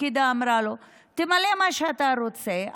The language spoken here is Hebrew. הפקידה אמרה לו: תמלא מה שאתה רוצה,